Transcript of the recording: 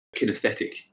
kinesthetic